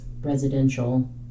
residential